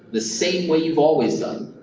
the same way you've always done,